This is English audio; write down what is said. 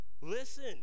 Listen